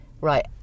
right